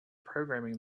programming